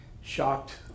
Shocked